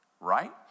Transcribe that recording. right